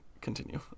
continue